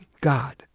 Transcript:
God